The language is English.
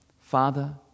Father